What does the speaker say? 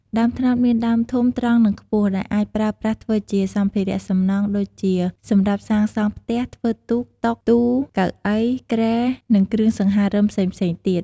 ដើមត្នោតមានដើមធំ ត្រង់ និងខ្ពស់ ដែលអាចប្រើប្រាស់ធ្វើជាសម្ភារៈសំណង់ ដូចជាសម្រាប់សាងសង់ផ្ទះ ធ្វើទូក តុ ទូ កៅអី គ្រែ និងគ្រឿងសង្ហារិមផ្សេងៗទៀត។